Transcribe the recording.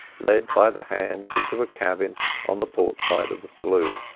led by the hand into a cabin on the port side of the saloon.